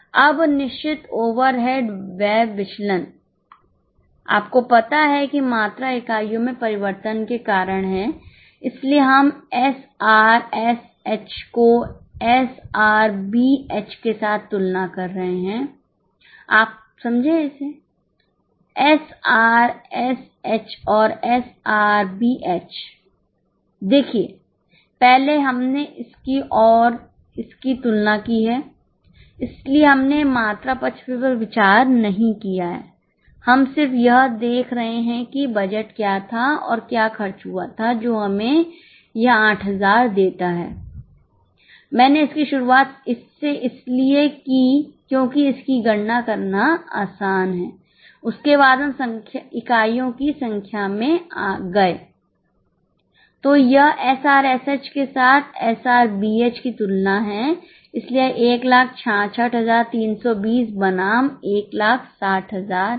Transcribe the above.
अब निश्चित ओवरहेडमात्रा विचलन आपको पता है कि मात्रा इकाइयों में परिवर्तन के कारण है इसलिए हम एसआरएसएच की तुलना है इसलिए यह 166320 बनाम 160000 है